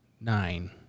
Nine